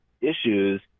issues